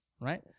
right